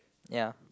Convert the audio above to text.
ya